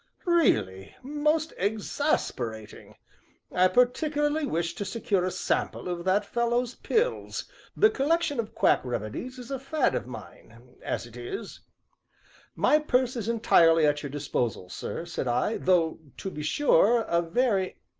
really most exasperating i particularly wished to secure a sample of that fellow's pills the collection of quack remedies is a fad of mine as it is my purse is entirely at your disposal, sir, said i, though, to be sure, a very